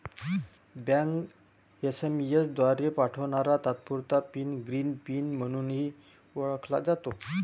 bank SMS द्वारे पाठवणारा तात्पुरता पिन ग्रीन पिन म्हणूनही ओळखला जातो